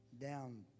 Down